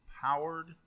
powered